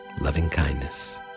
Loving-kindness